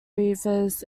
rivers